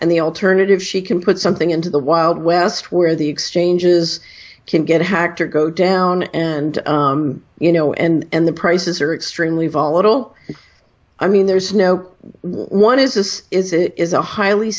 and the alternative she can put something into the wild west where the exchanges can get hacked or go down and you know and the prices are extremely volatile i mean there's no one is this is it is a highly